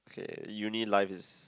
okay uni life is